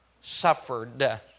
suffered